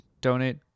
Donate